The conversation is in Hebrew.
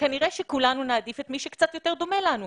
כנראה שכולנו נעדיף את מי שקצת יותר דומה לנו,